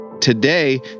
today